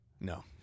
No